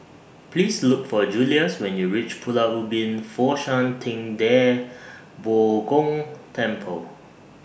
Please Look For Julius when YOU REACH Pulau Ubin Fo Shan Ting DA Bo Gong Temple